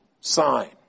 sign